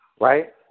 right